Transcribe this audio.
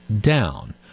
down